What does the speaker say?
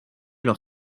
leur